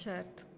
Certo